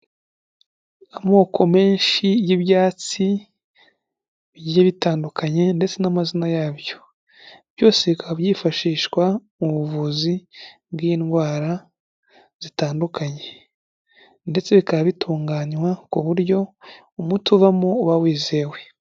Amoko menshi y'ibyatsi bigiye bitandukanye ndetse n'amazina yabyo. Byose bikaba byifashishwa mu buvuzi bw'indwara zitandukanye, ndetse bikaba bitunganywa ku buryo umuti uvamo uba wizewe.